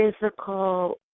physical